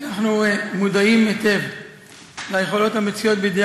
אנחנו מודעים היטב ליכולות המצויות בידי